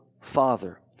father